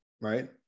right